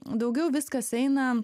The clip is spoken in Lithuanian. daugiau viskas eina